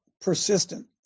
persistent